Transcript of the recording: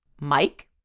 Mike